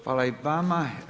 Hvala i vama.